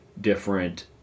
different